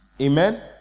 Amen